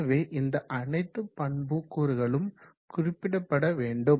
எனவே இந்த அனைத்து பண்புக்கூறுகளும் குறிப்பிடப்பட வேண்டும்